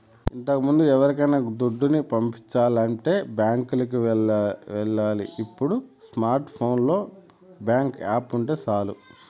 ఇంతకముందు ఎవరికైనా దుడ్డుని పంపించాలంటే బ్యాంకులికి ఎల్లాలి ఇప్పుడు స్మార్ట్ ఫోనులో బ్యేంకు యాపుంటే సాలు